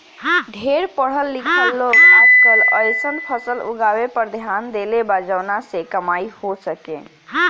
ढेर पढ़ल लिखल लोग आजकल अइसन फसल उगावे पर ध्यान देले बा जवना से कमाई हो सके